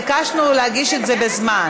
ביקשנו להגיש את זה בזמן.